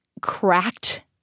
cracked